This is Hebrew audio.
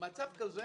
מצב כזה